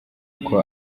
uko